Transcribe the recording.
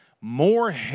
more